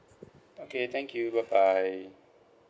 okay thank you bye bye